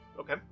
Okay